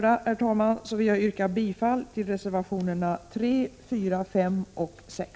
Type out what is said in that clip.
Med det anförda vill jag yrka bifall till reservationerna nr 3, 4, 5 och 6.